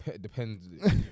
Depends